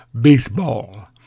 baseball